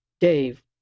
Dave